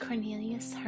Cornelius